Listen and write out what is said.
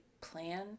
plan